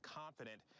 confident